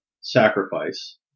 sacrifice